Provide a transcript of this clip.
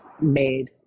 made